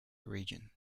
region